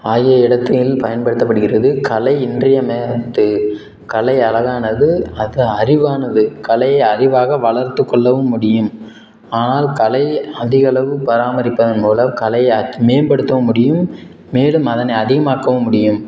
ஆகிய இடத்தில் பயன்படுத்தப்படுகிறது கலை இன்றியமையாது கலை அழகானது அது அறிவானது கலை அறிவாக வளர்த்துக் கொள்ளவும் முடியும் ஆனால் கலை அதிக அளவு பராமாரிப்பதன் மூலம் கலையை மேம்படுத்தவும் முடியும் மேலும் அதனை அதிகமாக்கவும் முடியும்